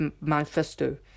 manifesto